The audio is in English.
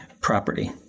property